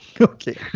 Okay